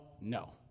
no